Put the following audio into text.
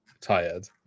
tired